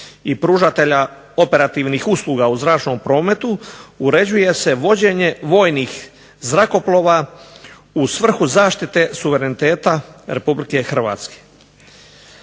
i pružatelja operativnih usluga u zračnom prometu uređuje se vođenje vojnih zrakoplova u svrhu zaštite suvereniteta Republike Hrvatske.